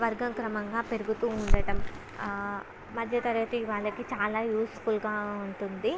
వర్గక్రమంగా పెరుగుతూ ఉండటం మధ్యతరగతి వాళ్ళకి చాలా యూస్ఫుల్గా ఉంటుంది